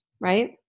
Right